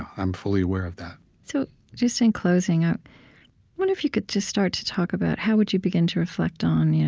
i'm fully aware of that so just in closing, i wonder if you could just start to talk about how would you begin to reflect on you know